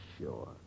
sure